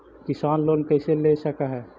किसान लोन कैसे ले सक है?